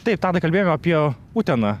taip tadai kalbėjom apie uteną